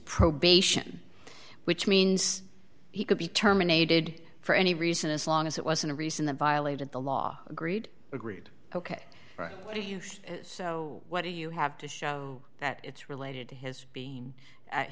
probation which means he could be terminated for any reason as long as it wasn't a reason that violated the law agreed agreed ok do you think so what do you have to show that it's related to his being at